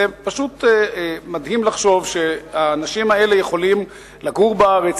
זה פשוט מדהים לחשוב שהאנשים האלה יכולים לגור בארץ,